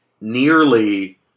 nearly